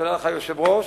תודה לך, אדוני היושב-ראש.